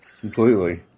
completely